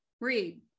Read